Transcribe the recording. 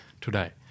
today